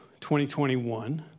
2021